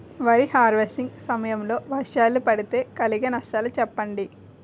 వరి హార్వెస్టింగ్ సమయం లో వర్షాలు పడితే కలిగే నష్టాలు చెప్పండి?